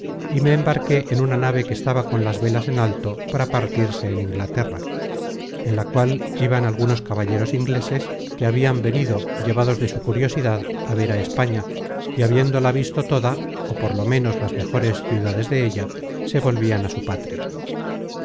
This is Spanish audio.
y me embarqué en una nave que estaba con las velas en alto para partirse en inglaterra en la cual iban algunos caballeros ingleses que habian venido llevados de su curiosidad á ver á españa y habiéndola visto toda ó por lo ménos las mejores ciudades della se volvian á su patria